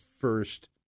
first